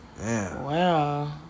Wow